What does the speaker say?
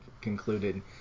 concluded